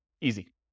Easy